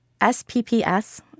SPPS